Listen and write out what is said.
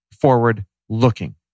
forward-looking